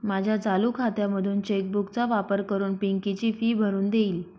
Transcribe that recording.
माझ्या चालू खात्यामधून चेक बुक चा वापर करून पिंकी ची फी भरून देईल